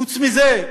חוץ מזה,